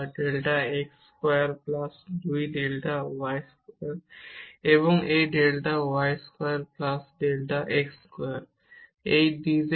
যা delta x square plus 2 delta y square এবং এই delta y square plus delta x square এর সমান হবে